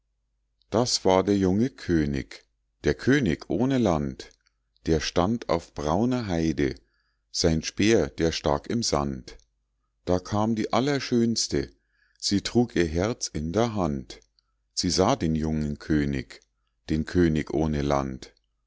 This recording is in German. das war der junge könig der könig ohne land der stand auf brauner heide sein speer der stak im sand da kam die allerschönste sie trug ihr herz in der hand sie sah den jungen könig den könig ohne land